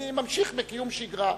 אני ממשיך בקיום שגרה,